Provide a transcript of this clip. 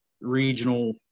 regional